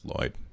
lloyd